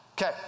Okay